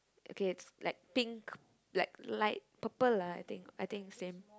okay it's like pink like light purple lah I think I think same